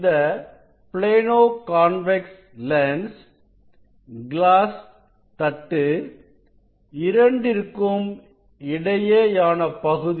இந்த plano convex lens glass தட்டு இரண்டிற்கும் இடையேயான பகுதி